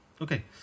Okay